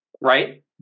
Right